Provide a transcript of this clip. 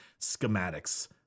schematics